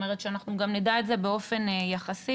שנדע את זה גם באופן יחסי,